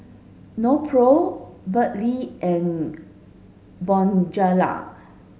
Nepro Burt bee and Bonjela